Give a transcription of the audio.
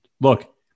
look